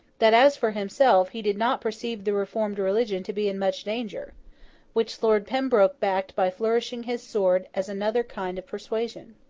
that, as for himself, he did not perceive the reformed religion to be in much danger which lord pembroke backed by flourishing his sword as another kind of persuasion.